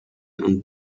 and